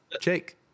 Jake